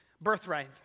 birthright